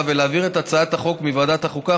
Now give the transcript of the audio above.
ולהעביר את הצעת החוק מוועדת החוקה,